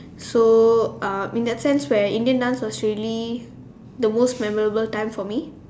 so uh in that sense where Indian dance was really the most memorable time for me